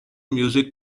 music